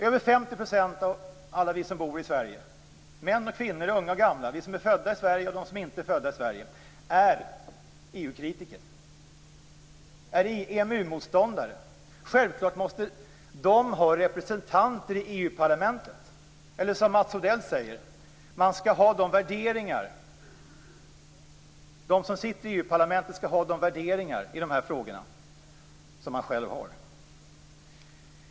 Över 50 % av alla som bor i Sverige - män och kvinnor, unga och gamla, vi som är födda i Sverige och de som inte är det - är EU-kritiker och EMU-motståndare. Självklart måste de ha representanter i EU-parlamentet eller, som Mats Odell säger, de som sitter i EU-parlamentet skall ha de värderingar i de här frågorna som man själv har.